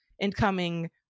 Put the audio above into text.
incoming